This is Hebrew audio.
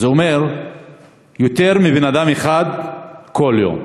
זה אומר יותר מבן-אדם אחד בכל יום.